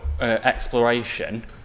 exploration